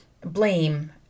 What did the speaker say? blame